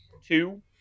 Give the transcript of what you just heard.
two